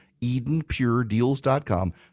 Edenpuredeals.com